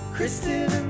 Kristen